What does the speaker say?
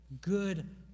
good